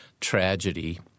tragedy